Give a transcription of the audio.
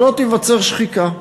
שלא תיווצר שחיקה.